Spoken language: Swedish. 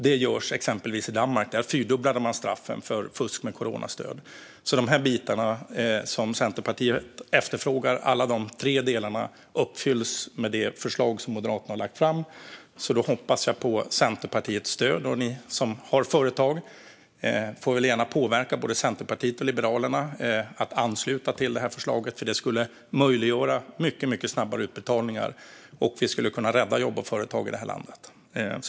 Detta görs exempelvis i Danmark, där straffen för fusk med coronastöd fyrdubblas. Alla de bitar som Centerpartiet efterfrågar - alla tre delarna - uppfylls med det förslag som Moderaterna har lagt fram, så jag hoppas på Centerpartiets stöd. Ni som har företag får gärna påverka både Centerpartiet och Liberalerna att ansluta till detta förslag. Det skulle möjliggöra mycket snabbare utbetalningar, och vi skulle kunna rädda jobb och företag i det här landet.